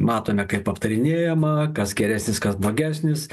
matome kaip aptarinėjama kas geresnis kas blogesnis